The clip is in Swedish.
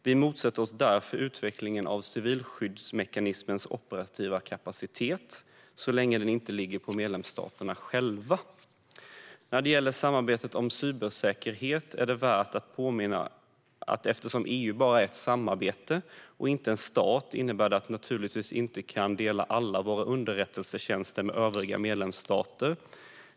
Vi motsätter oss därför en utveckling av civilskyddsmekanismens operativa kapacitet, så länge den inte ligger på medlemsstaterna själva. När det gäller samarbete om cybersäkerhet är det värt att påminna om att eftersom EU bara är ett samarbete och inte en stat kan vi naturligtvis inte dela alla våra underrättelsetjänster med övriga medlemsstater.